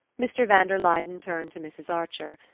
mr. van der luyden turned to mrs. archer.